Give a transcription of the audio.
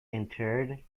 interred